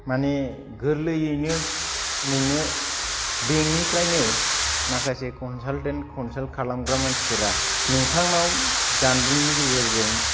मानि गोरलैयैनो नोंनो बेंकनिफ्रायनो माखासे कनसाल्टेन्ट कनसाल्ट खालमग्रा मानसिफोरा नोंथांनाव जानबुंनि गेजेरजों